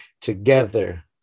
together